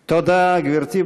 תודה, גברתי.